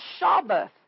Shabbath